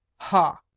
ha!